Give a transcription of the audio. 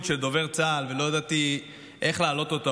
של דובר צה"ל ולא ידעתי איך להעלות אותו,